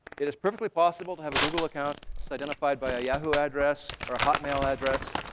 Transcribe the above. it is perfectly possible to have a google account identified by a yahoo address or a hotmail address.